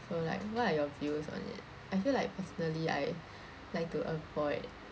so like what are your views on it I feel like personally I like to avoid